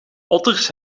otters